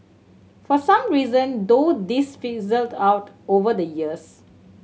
for some reason though this fizzled out over the years